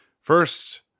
First